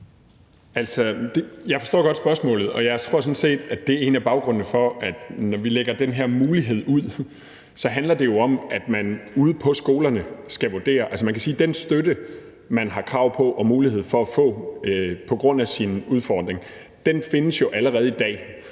Jeg forstår godt spørgsmålet, og jeg tror sådan set, at det er en af grundene til, at vi lægger den her mulighed ud. Det handler jo om, at man ude på skolerne skal vurdere det. Man kan sige, at den støtte, som en elev har krav på og mulighed for at få på grund af sin udfordring, findes jo allerede i dag.